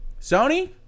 Sony